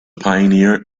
pioneer